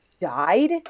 Died